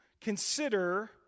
consider